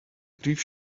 grief